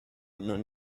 non